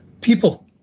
people